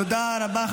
תודה רבה.